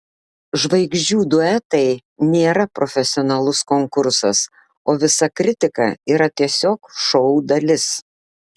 žvaigždžių duetai nėra profesionalus konkursas o visa kritika yra tiesiog šou dalis